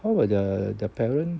what about the the parent